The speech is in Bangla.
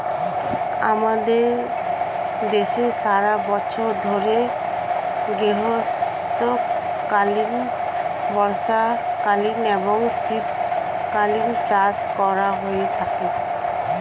আমাদের দেশে সারা বছর ধরে গ্রীষ্মকালীন, বর্ষাকালীন এবং শীতকালীন চাষ করা হয়ে থাকে